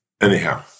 Anyhow